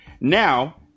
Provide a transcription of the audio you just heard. Now